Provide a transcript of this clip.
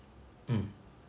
mm